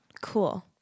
cool